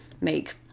make